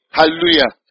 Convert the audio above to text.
Hallelujah